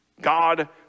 God